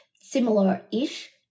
similar-ish